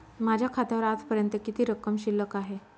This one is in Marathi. माझ्या खात्यावर आजपर्यंत किती रक्कम शिल्लक आहे?